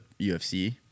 ufc